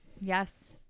Yes